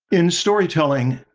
in storytelling,